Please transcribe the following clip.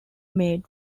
made